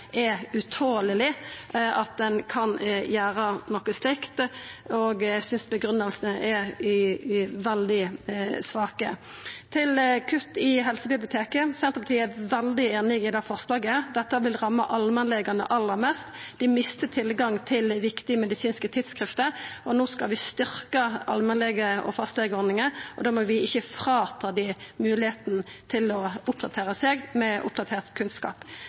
er utoleleg, at ein kan gjera noko slikt, og eg synest grunngivingane er veldig svake. Til kuttet i helsebiblioteket: Senterpartiet er veldig einig i det lause forslaget. Dette vil ramma allmennlegane aller mest. Dei mister tilgangen til viktige medisinske tidsskrift. No skal vi styrkja allmennlege- og fastlegeordninga, og da må vi ikkje ta frå dei moglegheita til å få oppdatert kunnskap.